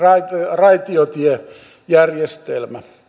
raitiotiejärjestelmä